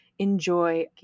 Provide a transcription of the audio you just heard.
enjoy